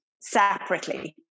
separately